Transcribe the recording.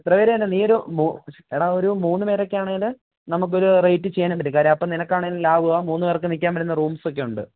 എത്ര പേരാണ് നീയൊരു മൂ എടാ ഒരു മൂന്ന് പേരൊക്കെയാണെങ്കിൽ നമുക്കൊരു റേറ്റ് ചെയ്യാൻ പറ്റും അപ്പോൾ നിനക്കാണെങ്കിലും ലാഭമാ മൂന്നുപേർക്ക് നിൽക്കാൻ പറ്റുന്ന റൂംസ് ഒക്കെയുണ്ട്